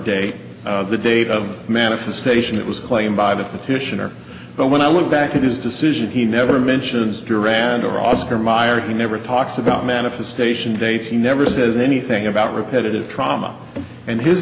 day the date of manifestation it was claimed by the petitioner but when i went back to his decision he never mentions duran or oscar meyer he never talks about manifestation dates he never says anything about repetitive trauma and his